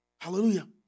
Hallelujah